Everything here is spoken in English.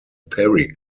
perry